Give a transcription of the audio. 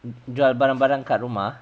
jual barang-barang kat rumah